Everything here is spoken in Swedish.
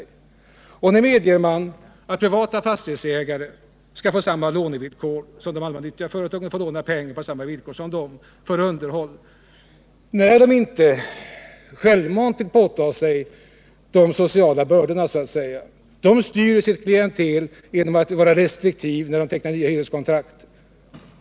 Nu vill man medge att privata ägare av hyresfastigheter skall få låna pengar till underhåll på samma villkor som gäller för allmännyttiga företag, trots att de förra inte självmant vill påta sig de sociala bördorna. De styr sitt klientel genom att vara restriktiva vid tecknandet av nya hyreskontrakt.